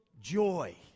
joy